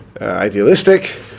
idealistic